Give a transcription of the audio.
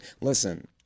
listen